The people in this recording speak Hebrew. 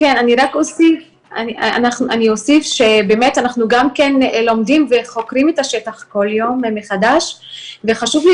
אני אוסיף שבאמת אנחנו גם לומדים וחוקרים את השטח כל יום מחדש וחשוב לי